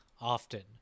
often